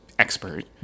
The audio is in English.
expert